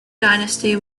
dynasty